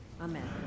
Amen